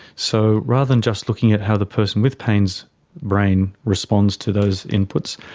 so rather than just looking at how the person with pain's brain responds to those inputs,